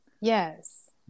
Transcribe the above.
yes